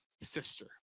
sister